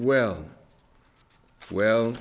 well well